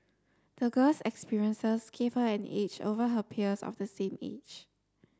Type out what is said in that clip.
the girl's experiences gave her an edge over her peers of the same age